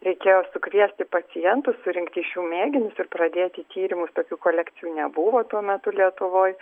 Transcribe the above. reikėjo sukviesti pacientus surinkti iš jų mėginius ir pradėti tyrimus tokių kolekcijų nebuvo tuo metu lietuvoj